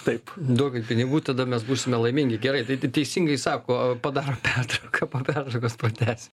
taip duokit pinigų tada mes būsime laimingi gerai tai teisingai sako padarom pertrauką po pertraukos pratęsim